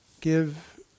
give